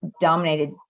dominated